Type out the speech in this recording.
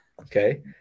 okay